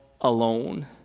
alone